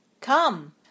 Come